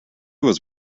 was